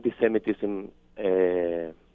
anti-Semitism